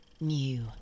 new